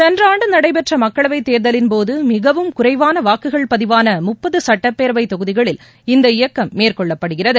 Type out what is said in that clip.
சென்ற ஆண்டு நடைபெற்ற மக்களவை தேர்தலின்போது மிகவும் குறைவாள வாக்குகள் பதிவான முப்பது சுட்டப்பேரவை தொகுதிகளில் இந்த இயக்கம் மேற்கொள்ளப்படுகிறது